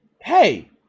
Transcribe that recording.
hey